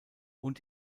und